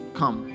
come